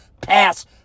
pass